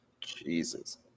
Jesus